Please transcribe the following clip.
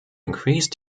increased